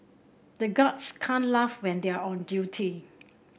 the guards can't laugh when they are on duty